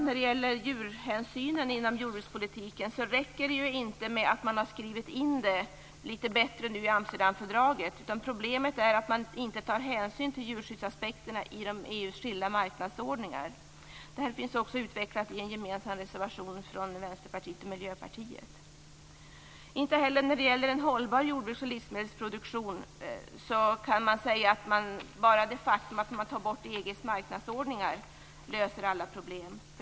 När det gäller djurhänsynen inom jordbrukspolitiken räcker det inte att man har skrivit in detta litet bättre i Amsterdamfördraget. Problemet är att man inte tar hänsyn till djurskyddsaspekterna inom EU:s skilda marknadsordningar. Detta finns utvecklat i en gemensam reservation från Vänsterpartiet och Miljöpartiet. Inte heller när det gäller en hållbar jordbruks och livsmedelsproduktion kan man säga att bara det faktum att man tar bort EU:s marknadsordningar löser alla problem.